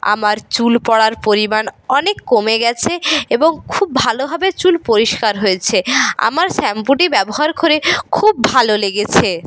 আমার চুল পড়ার পরিমাণ অনেক কমে গেছে এবং খুব ভালোভাবে চুল পরিষ্কার হয়েছে আমার শ্যাম্পুটি ব্যবহার করে খুব ভালো লেগেছে